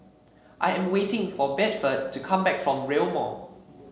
I am waiting for Bedford to come back from Rail Mall